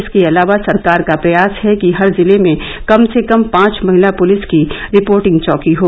इसके अलावा सरकार का प्रयास है कि हर जिले में कम से कम पांच महिला पुलिस की रिपोर्टिंग चौकी हो